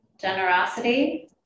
generosity